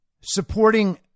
supporting